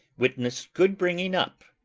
witness good bringing up,